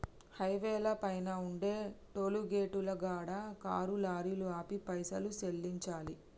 హైవేల పైన ఉండే టోలుగేటుల కాడ కారు లారీలు ఆపి పైసలు సెల్లించాలి